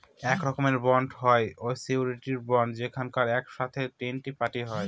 এক রকমের বন্ড হয় সিওরীটি বন্ড যেখানে এক সাথে তিনটে পার্টি হয়